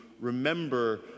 remember